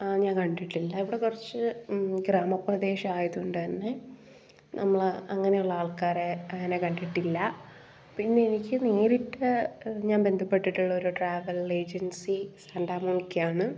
ആ ഞാൻ കണ്ടിട്ടില്ല ഇവിടെ കുറച്ച് ഗ്രാമപ്രദേശം ആയത് കൊണ്ട് തന്നെ നമ്മൾ അങ്ങനെയുള്ള ആൾക്കാരെ അങ്ങനെ കണ്ടിട്ടില്ല പിന്നെ എനിക്ക് നേരിട്ട് ഞാൻ ബന്ധപ്പെട്ടിട്ടുള്ള ട്രാവൽ ഏജൻസി സാൻറ്റമോണിക്കയാണ്